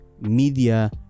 media